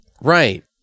Right